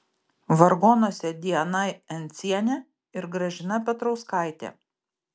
vargonuose diana encienė ir gražina petrauskaitė